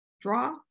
draw